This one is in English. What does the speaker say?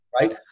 right